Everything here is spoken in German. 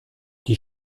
die